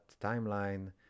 timeline